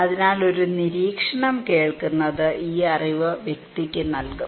അതിനാൽ ഒരു നിരീക്ഷണം കേൾക്കുന്നത് ഈ അറിവ് വ്യക്തിക്ക് നൽകും